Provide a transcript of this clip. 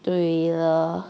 对 lor